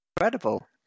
incredible